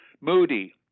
moody